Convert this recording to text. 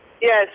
Yes